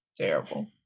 terrible